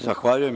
Zahvaljujem.